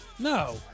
No